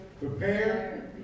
Prepare